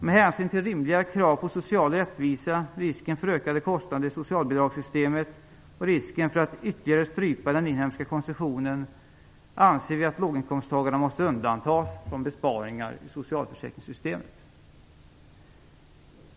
Med hänsyn till rimliga krav på social rättvisa, risken för ökade kostnader i socialbidragssystemet och risken för att ytterligare strypa den inhemska konsumtionen, anser vi att låginkomsttagarna måste undantas från besparingar i socialförsäkringssystemet.